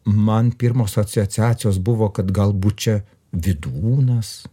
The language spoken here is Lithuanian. man pirmos sasociacijos buvo kad galbūt čia vidūnas